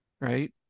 right